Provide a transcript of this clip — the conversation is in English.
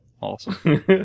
Awesome